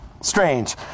strange